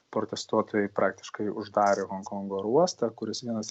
protestuotojai praktiškai uždarė honkongo oro uostą kuris vienas